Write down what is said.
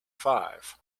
five